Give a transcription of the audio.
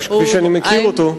כפי שאני מכיר אותו,